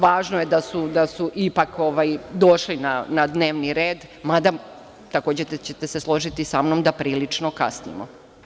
Važno je da su ipak došli na dnevni red, mada, takođe ćete se složiti sa mnom, da prilično kasnimo.